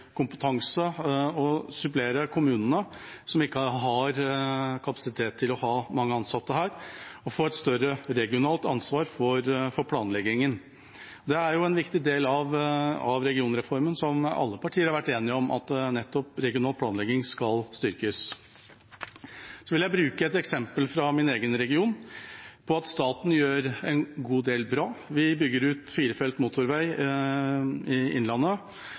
kompetanse og supplere kommunene som ikke har kapasitet til å ha mange ansatte, regionreformen – få et større regionalt ansvar for planleggingen. En viktig del av regionreformen som alle partier har vært enige om, er jo nettopp at regional planlegging skal styrkes. Så vil jeg bruke et eksempel fra min egen region på at staten gjør en god del bra. Vi bygger ut firefelts motorvei i Innlandet.